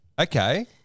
Okay